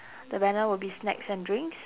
the banner will be snacks and drinks